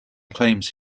claims